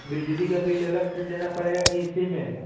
बिजली का बिल अलग से देना पड़ेगा की इसी में है